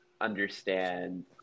understand